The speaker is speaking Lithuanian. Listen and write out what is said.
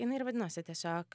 jinai ir vadinosi tiesiog